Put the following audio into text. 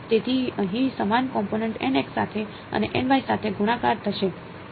તેથી અહીં સમાન કોમ્પોનેંટ સાથે અને સાથે ગુણાકાર થશે